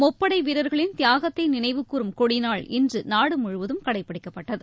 முப்படை வீரர்களின் தியாகத்தை நினைவுகூரும் கொடிநாள் இன்று நாடு முழுவதும் ந கடைபிடிக்கப்பட்டது